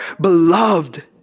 beloved